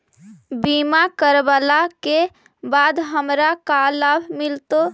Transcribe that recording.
बीमा करवला के बाद हमरा का लाभ मिलतै?